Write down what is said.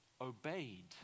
obeyed